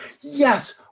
yes